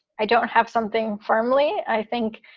i don't have something firmly. i think,